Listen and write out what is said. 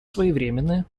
своевременны